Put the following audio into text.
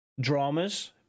dramas